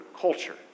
culture